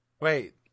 Wait